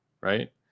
right